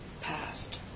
passed